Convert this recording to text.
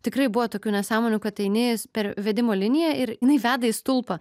tikrai buvo tokių nesąmonių kad eini per vedimo liniją ir jinai veda į stulpą